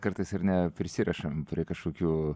kartais ar ne prisirešam prie kažkokių